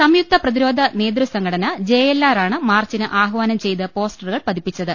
സംയുക്ത പ്രതിരോധ നേതൃ സംഘടന ജെ എൽആറാണ് മാർച്ചിന് ആഹ്വാനം ചെയ്ത പോസ്റ്ററുകൾ പതിപ്പിച്ച ത്